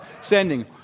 sending